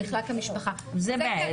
במחלק המשפחה זה חידוש.